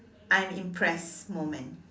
I'm impressed moment